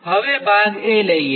હવે ભાગ લઇએ